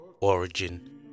Origin